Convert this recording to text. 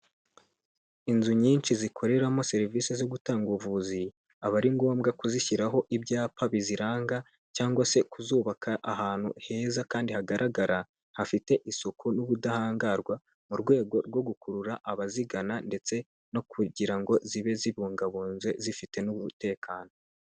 Inzu nyinshi zikoreramo serivisi zo gutanga ubuvuzi, aba ari ngombwa kuzishyiraho ibyapa biziranga cyangwa se kuzubaka ahantu heza kandi hagaragara, hafite isuku n'ubudahangarwa, mu rwego rwo gukurura abazigana, ndetse no kugira ngo zibe zibungabunze, zifite n'umutekano.